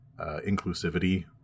inclusivity